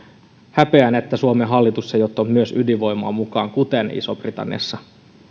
häpeän että myös suomen hallitus ei ottanut ydinvoimaa mukaan kuten isossa britanniassa